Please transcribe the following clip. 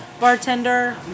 bartender